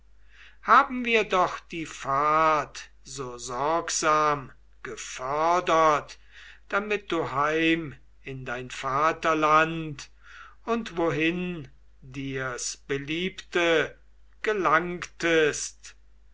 haben wir doch die fahrt so sorgsam gefördert damit du heim in dein vaterland und wohin dir's beliebte gelangtest